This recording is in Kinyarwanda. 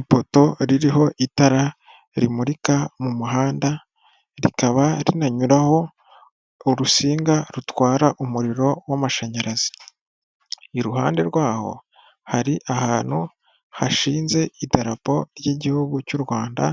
Ipoto ririho itara rimurika mu muhanda, rikaba rinanyuraho urusinga rutwara umuriro w'amashanyarazi. Iruhande rwaho hari ahantu hashinze idarapo ry'igihugu cy'u Rwanda